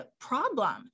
problem